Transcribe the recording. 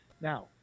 Now